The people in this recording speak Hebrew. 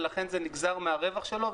ולכן זה נגזר מהרווח שלו.